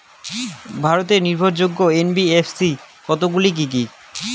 ভারতের নির্ভরযোগ্য এন.বি.এফ.সি কতগুলি কি কি?